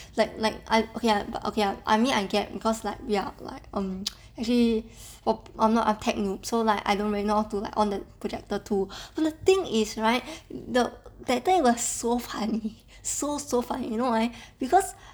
like like I okay lah but okay ah I get because like we are like um actually I'm a tech noob so like I don't really know how to like on the projector too but the thing is right the that time it was so funny so so funny you know why because